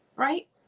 Right